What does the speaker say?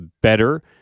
better